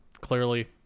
Clearly